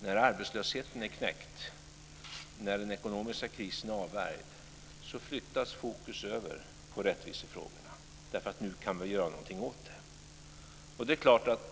När arbetslösheten är knäckt och när den ekonomiska krisen är avvärjd flyttas fokus över på rättvisefrågorna därför att vi nu kan göra någonting åt dem.